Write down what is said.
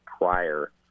prior